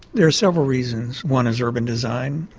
there are several reasons. one is urban design.